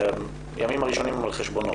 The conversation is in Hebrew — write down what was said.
הימים הראשונות הם על חשבונו.